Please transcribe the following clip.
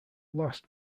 last